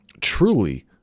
truly